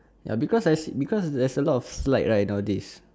ya because I see because there's a lot of slide right now a days